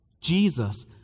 Jesus